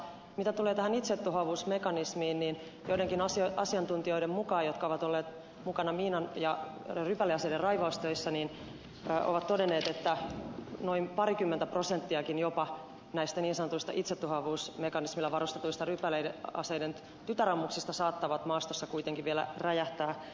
mitä tulee tähän itsetuhoavuusmekanismiin niin joidenkin asiantuntijoiden mukaan jotka ovat olleet mukana miinojen ja rypäleaseiden raivaustöissä ovat todenneet että parikymmentä prosenttiakin jopa näistä niin sanotuista itsetuhoavuusmekanismilla varustetuista rypäleaseiden tytärammuksista saattaa maastossa kuitenkin vielä räjähtää